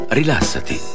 rilassati